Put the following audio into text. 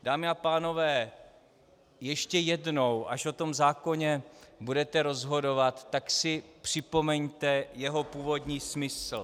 Dámy a pánové, ještě jednou, až o tom zákoně budete rozhodovat, tak si připomeňte jeho původní smysl.